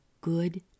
good